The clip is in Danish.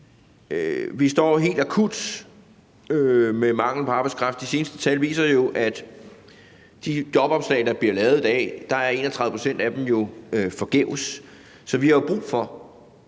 Vi står helt akut med mangel på arbejdskraft, for de seneste tal viser jo, at af de jobopslag, der bliver lavet i dag, er 31 pct. af dem forgæves. Så vi har brug for